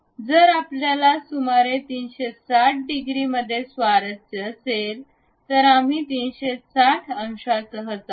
जर आपल्याला सुमारे 360 डिग्री मध्ये स्वारस्य असेल तर आम्ही 360 अंशांसह जाऊ